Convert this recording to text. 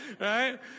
right